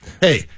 Hey